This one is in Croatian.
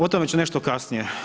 O tome ću nešto kasnije.